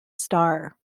star